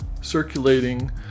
circulating